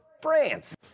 France